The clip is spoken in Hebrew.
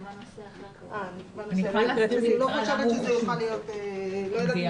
אני לא יודעת אם זה יוכל להיות מחר.